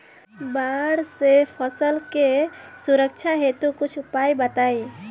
बाढ़ से फसल के सुरक्षा हेतु कुछ उपाय बताई?